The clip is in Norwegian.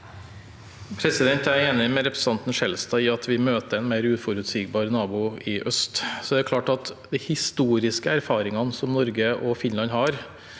Jeg er enig med representanten Skjelstad i at vi møter en mer uforutsigbar nabo i øst. Så er det klart at de historiske erfaringene som Norge og Finland har